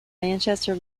manchester